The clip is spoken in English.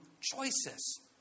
choices